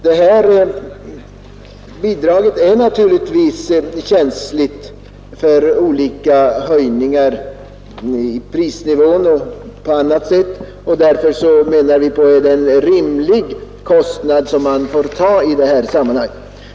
Det här bidraget är naturligtvis känsligt för olika höjningar i prisnivån och på annat sätt, och därför menar vi att det är en rimlig kostnad som man får ta i detta sammanhang.